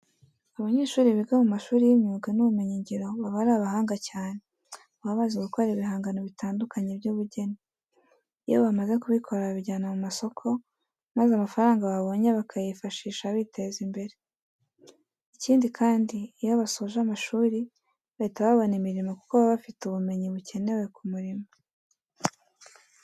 Abanyeshuri biga mu mashuri y'imyuga n'ubumenyingiro baba ari abahanga cyane, baba bazi gukora ibihangano bitandukanye by'ubugeni. Iyo bamaze kubikora babijyana ku masoko maza amafaranga babonye bakayifashisha biteza imbere. Ikindi kandi, iyo basoje amashuri bahita babona imirimo kuko baba bafite ubumenyi bukenewe ku murimo.